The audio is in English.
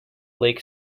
lake